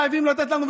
חייבים לתת לנו,